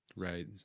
right? and